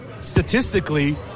statistically